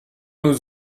nous